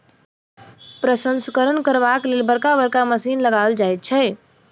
प्रसंस्करण करबाक लेल बड़का बड़का मशीन लगाओल जाइत छै